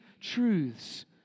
truths